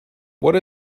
what